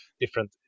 different